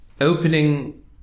opening